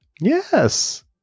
Yes